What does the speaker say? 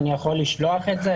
אבל אני יכול לשלוח את זה.